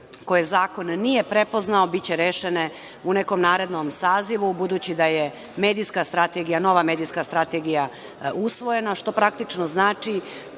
koje zakon nije prepoznao biće rešene u nekom narednom sazivu, budući da je nova medijska strategija usvojena, što praktično znači